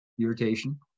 irritation